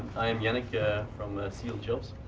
i am yannick from seal jobs.